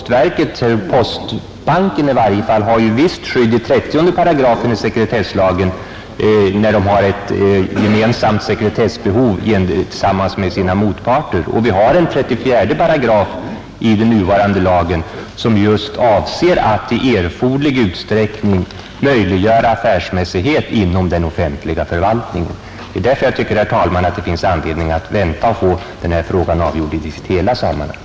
I varje fall får postbanken ett visst skydd i 30 § sekretesslagen, när man har ett gemensamt sekretessbehov tillsammans med enskilda motparter. Vi har också 34 § i den nuvarande lagen, som just avser att i erforderlig utsträckning möjliggöra affärsmässighet inom den offentliga förvaltningen. Detta gör att det finns anledning att vänta och få denna fråga avgjord i hela sitt sammanhang.